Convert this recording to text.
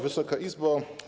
Wysoka Izbo!